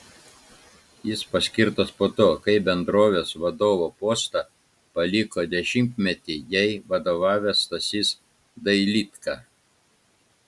jis paskirtas po to kai bendrovės vadovo postą paliko dešimtmetį jai vadovavęs stasys dailydka